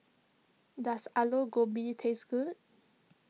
does Alu Gobi taste good